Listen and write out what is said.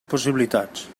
possibilitats